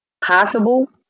possible